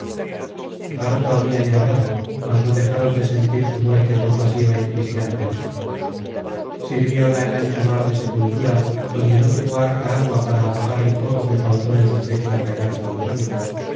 harto habian llorado mas no dejaron de sentir su muerte compasiva y cristianamente sirvióla el ancho mar de sepultura donde no tuvo harta agua para apagar el fuego que causó en su pecho el gallardo antonio